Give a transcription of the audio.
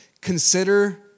Consider